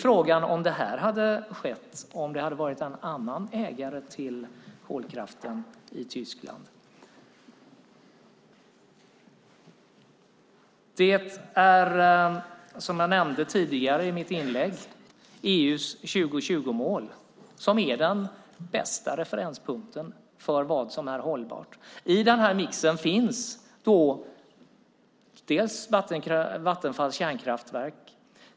Frågan är om det hade skett om det hade varit en annan ägare till kolkraften i Tyskland. Som jag nämnde tidigare i mitt inlägg är det EU:s 2020-mål som är den bästa referenspunkten för vad som är hållbart. I denna mix finns Vattenfalls kärnkraftverk.